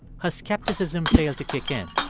her skepticism failed to kick in.